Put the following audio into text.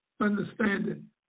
understanding